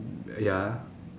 ya